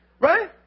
right